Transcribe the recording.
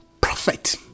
prophet